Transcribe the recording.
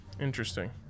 Interesting